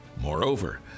Moreover